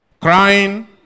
crying